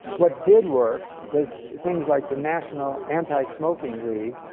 what did work was things like the national anti-smoking league,